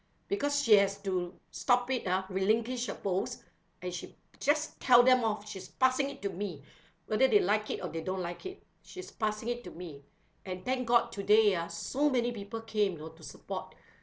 because she has to stop it ah relinquish her post and she just tell them off she's passing it to me whether they like it or they don't like it she's passing it to me and thank god today ah so many people came you know to support